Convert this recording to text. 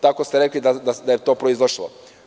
Tako ste rekli da je to proizašlo.